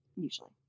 Usually